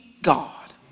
God